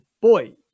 Boy